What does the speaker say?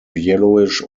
yellowish